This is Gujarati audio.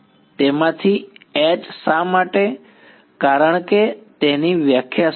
તેમાંથી H શા માટે કારણ કે તેની વ્યાખ્યા શું છે